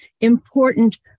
important